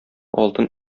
алтын